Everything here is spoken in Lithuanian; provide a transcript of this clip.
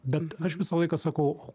bent aš visą laiką sakau